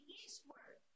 eastward